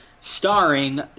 starring